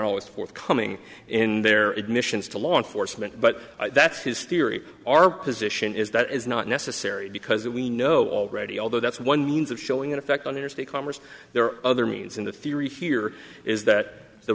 always forthcoming in their admissions to law enforcement but that's his theory our position is that is not necessary because we know already although that's one means of showing an effect on interstate commerce there are other means in the theory here is that the